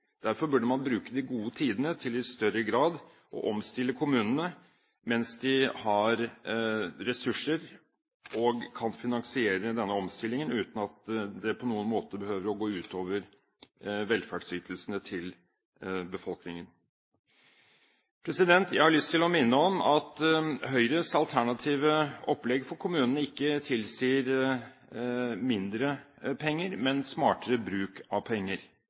Derfor burde man bruke de gode tidene til i større grad å omstille kommunene mens de har ressurser og kan finansiere denne omstillingen, uten at det på noen måte behøver å gå ut over velferdsytelsene til befolkningen. Jeg har lyst til å minne om at Høyres alternative opplegg for kommunene ikke tilsier mindre penger, men smartere bruk av penger.